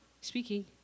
Speaking